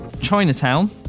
Chinatown